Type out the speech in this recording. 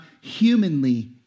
humanly